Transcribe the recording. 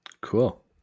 Cool